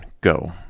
Go